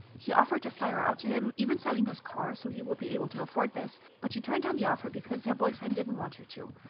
he offered to fly her out to him, even selling his car so he would be able to afford this, but she turned down the offer because her boyfriend didn't want her to.